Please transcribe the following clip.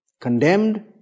condemned